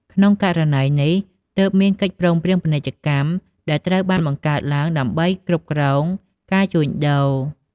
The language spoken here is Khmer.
ក្នុងករណីនេះ ទើបមានកិច្ចព្រមព្រៀងពាណិជ្ជកម្ម ដែលត្រូវបានបង្កើតឡើងដើម្បីគ្រប់គ្រងការជួញដូរ។